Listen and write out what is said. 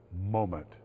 moment